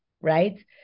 right